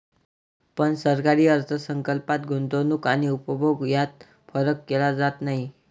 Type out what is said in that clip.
पण सरकारी अर्थ संकल्पात गुंतवणूक आणि उपभोग यात फरक केला जात नाही